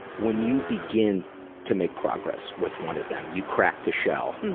when you begin to make progress with one of them, you crack the shell,